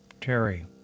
Terry